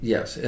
Yes